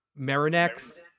Marinex